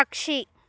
పక్షి